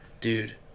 dude